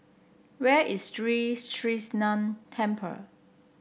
where is Sri Krishnan Temple